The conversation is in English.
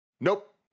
nope